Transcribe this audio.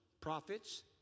prophets